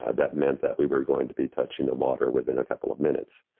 ah that meant that we were going to be touching the water within a couple of minutes.